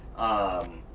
um,